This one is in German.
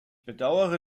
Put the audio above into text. bedauere